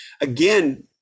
Again